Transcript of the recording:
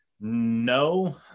no